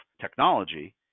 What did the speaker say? technology